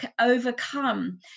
overcome